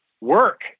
work